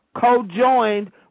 co-joined